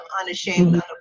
unashamed